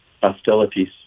hostilities